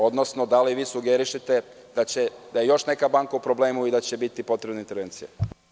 Odnosno da li vi sugerišete da je još neka banka u problemu i da će biti potrebne intervencije?